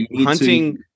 Hunting